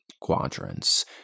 quadrants